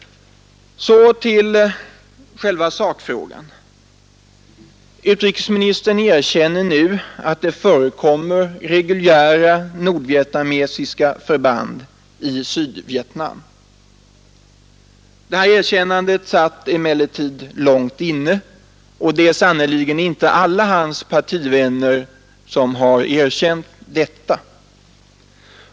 Så till själva sakfrågan. Utrikesministern erkänner nu att det förekommer reguljära nordvietnamesiska förband i Sydvietnam. Det erkännandet satt emellertid långt inne, och det är sannerligen inte alla hans partivänner som har erkänt detta.